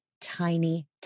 tiny